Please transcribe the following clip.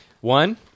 One